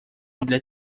для